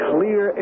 Clear